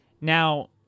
now